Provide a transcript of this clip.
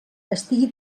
estigui